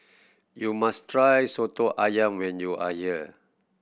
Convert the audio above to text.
you must try Soto Ayam when you are here